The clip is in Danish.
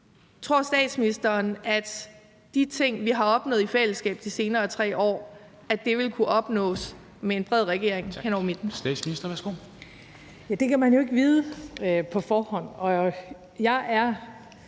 Tror statsministeren, at de ting, vi har opnået i fællesskab de seneste 3 år, vil kunne opnås med en bred regering hen over midten?